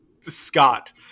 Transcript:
Scott